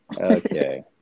Okay